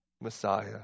Messiah